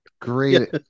Great